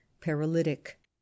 paralytic